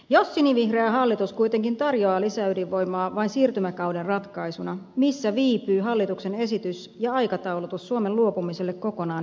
jos sinivihreä hallitus kuitenkin tarjoaa lisäydinvoimaa vain siirtymäkauden ratkaisuna missä viipyy hallituksen esitys ja aikataulutus suomen luopumiselle kokonaan ydinvoiman käytöstä